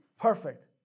Perfect